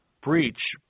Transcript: Breach